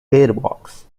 gearbox